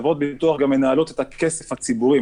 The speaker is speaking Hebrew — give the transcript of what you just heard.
הן גם מנהלות את הכסף הציבורי,